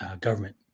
government